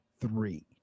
three